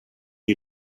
you